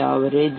d